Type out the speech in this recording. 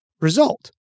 result